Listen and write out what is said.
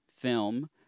film